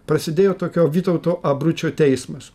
prasidėjo tokio vytauto abručio teismas